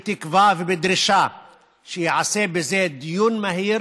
בתקווה ובדרישה שייעשה בזה דיון מהיר,